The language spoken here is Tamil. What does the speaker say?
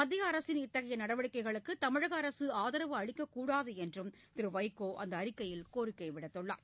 மத்திய அரசின் இத்தகைய நடவடிக்கைகளுக்கு தமிழக அரசு ஆதரவு அளிக்கக்கூடாது என்றும் திரு வைகோ அந்த அறிக்கையில் கோரிக்கை விடுத்துள்ளார்